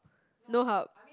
no hub